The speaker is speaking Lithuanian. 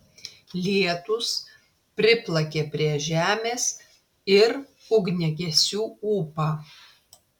lietūs priplakė prie žemės ir ugniagesių ūpą